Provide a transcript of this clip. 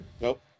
Nope